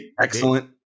excellent